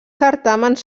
certàmens